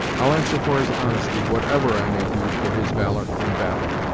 i'll answer for his honesty, whatever i may do for his valor in battle.